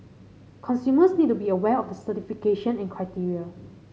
consumers need to be aware of the certification and criteria